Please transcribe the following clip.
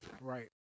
Right